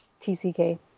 TCK